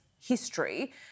history